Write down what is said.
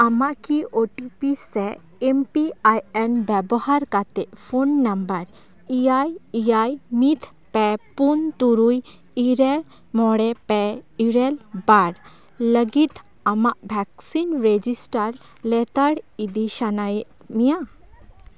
ᱟᱢᱟ ᱠᱤ O T P ᱥᱮ ᱮᱢ ᱯᱤ ᱟᱭ ᱮᱱ ᱵᱮᱵᱚᱦᱟᱨ ᱠᱟᱛᱮ ᱯᱷᱳᱱ ᱱᱟᱢᱵᱟᱨ ᱮᱭᱟᱭ ᱮᱭᱟᱭ ᱢᱤᱫ ᱯᱮ ᱯᱩᱱ ᱛᱩᱨᱩᱭ ᱤᱨᱟᱹᱞ ᱢᱚᱬᱮ ᱯᱮ ᱤᱨᱟᱹᱞ ᱵᱟᱨ ᱞᱟᱹᱜᱤᱛ ᱟᱢᱟᱜ ᱵᱷᱮᱠᱥᱤᱱ ᱨᱮᱡᱤᱥᱴᱟᱨ ᱞᱮᱛᱟᱲ ᱤᱫᱤ ᱥᱟᱱᱟᱭᱮᱫ ᱢᱮᱭᱟ